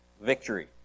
victory